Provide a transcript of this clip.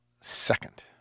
second